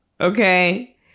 Okay